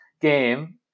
game